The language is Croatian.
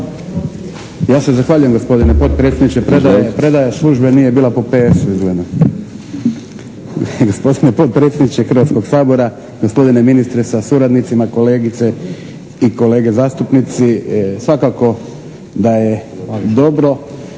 Ja se zahvaljujem gospodine podpredsjedniče. Predaja službe nije bila po PS-u izgleda. Gospodine podpredsjedniče Hrvatskog sabora, gospodine ministre sa suradnicima, kolegice i kolege zastupnici. Svakako da je dobro